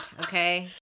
okay